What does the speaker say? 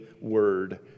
word